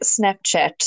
Snapchat